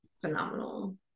phenomenal